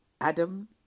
Adam